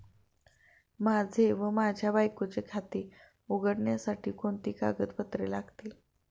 माझे व माझ्या बायकोचे खाते उघडण्यासाठी कोणती कागदपत्रे लागतील?